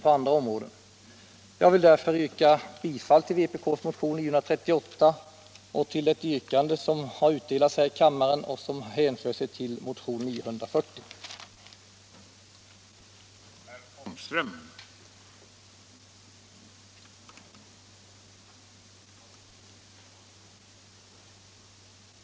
Jag yrkar bifall till vpk-motionen 938 samt till det yrkande i anslutning till motionen 1976/77:940 av herr Werner m.fl., som utdelats till kammarens ledamöter, nämligen a) uttala sig för ett omedelbart förstatligande av Stansaab Elektronik AB och Ellemtel Utvecklings AB samt b) hos regeringen begära att erforderliga åtgärder för att genomdriva detta snarast vidtages.